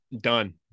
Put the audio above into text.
done